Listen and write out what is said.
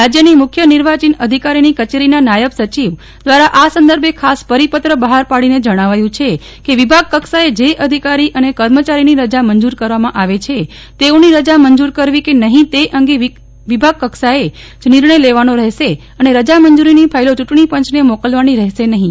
રાજ્યની મુખ્ય નીર્વાચીન અધિકારીની કચેરીના નાયબ સચિવ દ્વારા આ સંદર્ભે ખાસ પરિપત્ર બહાર પાડીને જણાવાયું છે કે વિભાગ કક્ષાએ જે અધિકારી અને કર્મચારીની રજા મંજુર કરવામાં આવે છે તેઓની રજા મંજુર કરવી કે નહિ તે અંગે વિભાગ કક્ષાએ જ નિર્ણય લેવાનો રહેશે અને રજા મંજુરીની ફાઈલો ચુંટણીપંચને મોકલવાની રહેશે નહિ